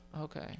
Okay